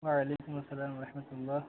وعلیکم السلام و رحمت اللہ